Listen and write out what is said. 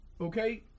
Okay